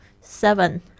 Seven